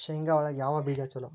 ಶೇಂಗಾ ಒಳಗ ಯಾವ ಬೇಜ ಛಲೋ?